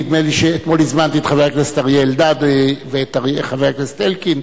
נדמה לי שאתמול הזמנתי את חבר הכנסת אריה אלדד ואת חבר הכנסת אלקין.